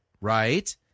right